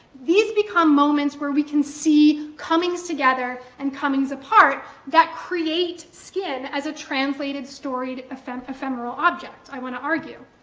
these become moments where we can see comings-together and comings-apart that create skin as a translated, storied, ephemeral ephemeral object, i want to argue.